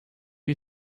you